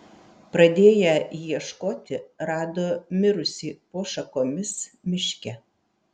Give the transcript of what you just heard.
pradėję ieškoti rado mirusį po šakomis miške